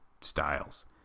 styles